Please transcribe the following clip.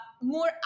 more